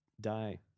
die